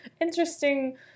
interesting